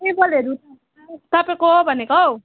टेबलहरू तपाईँको भनेको हौ